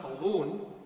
alone